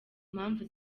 mpamvu